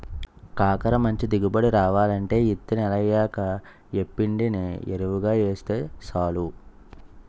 కాకర మంచి దిగుబడి రావాలంటే యిత్తి నెలయ్యాక యేప్పిండిని యెరువుగా యేస్తే సాలు